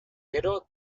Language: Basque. gero